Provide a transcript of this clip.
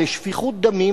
לשפיכות דמים,